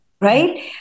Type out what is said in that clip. right